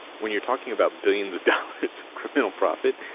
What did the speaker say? when you're talking about billions of dollars of criminal profit,